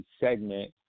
segment